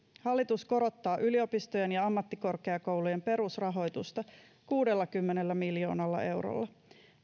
hallitus korottaa yliopistojen ja ammattikorkeakoulujen perusrahoitusta kuudellakymmenellä miljoonalla eurolla